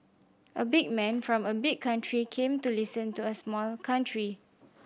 a big man from a big country came to listen to a small country